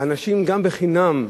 אנשים גם בחינם,